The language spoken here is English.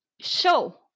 show